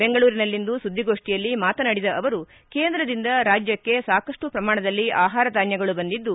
ಬೆಂಗಳೂರಿನಲ್ಲಿಂದು ಸುದ್ದಿಗೋಷ್ಠಿಯಲ್ಲಿ ಮಾತನಾಡಿದ ಅವರು ಕೇಂದ್ರದಿಂದ ರಾಜ್ಯಕ್ಕೆ ಸಾಕಷ್ಟು ಪ್ರಮಾಣದಲ್ಲಿ ಆಹಾರ ಧಾನ್ಯಗಳು ಬಂದಿದ್ದು